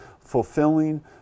fulfilling